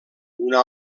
una